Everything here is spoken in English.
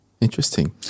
interesting